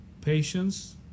Patience